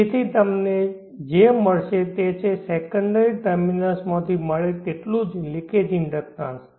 તેથી તમને જે મળશે તે છે સેકન્ડરી ટર્મિનલ્સ માંથી મળે તેટલું જ લિકેજ ઇન્ડક્ટન્સ